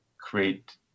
create